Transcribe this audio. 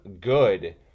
good